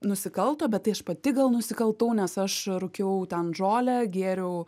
nusikalto bet tai aš pati gal nusikaltau nes aš rūkiau ten žolę gėriau